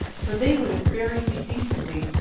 for they would have buried me decently,